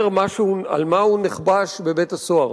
אני אומר משהו על למה הוא נחבש בבית-הסוהר.